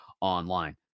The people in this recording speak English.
online